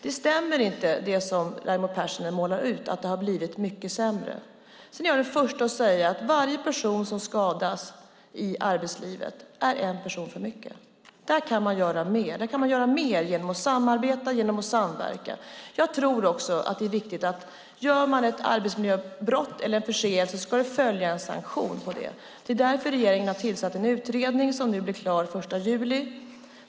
Det som Raimo Pärssinen målar upp, att det har blivit mycket sämre, stämmer inte. Varje person som skadas i arbetslivet är en person för mycket. Man kan göra mer genom att samarbeta och samverka. Om man begår ett arbetsmiljöbrott eller en förseelse ska det följa en sanktion på det. Därför har regeringen tillsatt en utredning som blir klar den 1 juli.